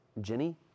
Jenny